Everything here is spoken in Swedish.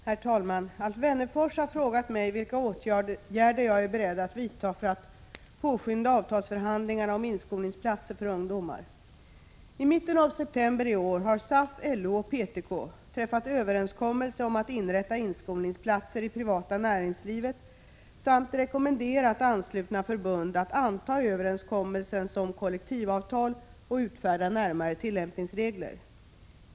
Herr talman! Alf Wennerfors har frågat mig vilka åtgärder jag är beredd att vidta för att påskynda avtalsförhandlingarna om inskolningsplatser för ungdomar. I mitten av september i år har SAF, LO och PTK träffat överenskommelse om att inrätta inskolningsplatser i privata näringslivet samt rekommenderat anslutna förbund att anta överenskommelsen som kollektivavtal och utfärda närmare tilllämpningsregler.